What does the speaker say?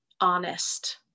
honest